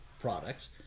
products